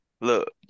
look